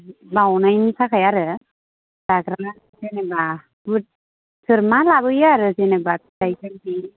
बावनायनि थाखाय आरो जाग्रा जेनेबा बुट सोर मा लाबोयो आरो जेनेबा फिथाय बायदि